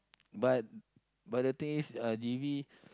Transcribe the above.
but but the thing is uh G_V